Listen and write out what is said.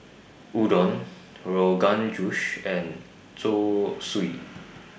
Udon Rogan Josh and Zosui